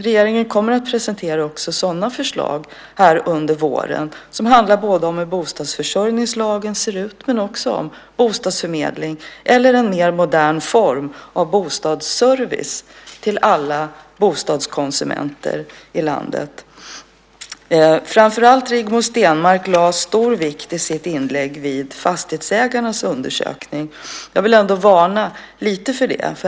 Regeringen kommer att presentera också sådana förslag under våren. Det handlar om hur bostadsförsörjningslagen ser ut men också om bostadsförmedling eller en mer modern form av bostadsservice till alla bostadskonsumenter i landet. Framför allt Rigmor Stenmark lade i sitt inlägg stor vikt vid Fastighetsägarnas undersökning. Jag vill ändå varna lite för det.